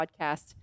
podcast